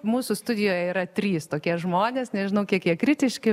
mūsų studijoje yra trys tokie žmonės nežinau kiek jie kritiški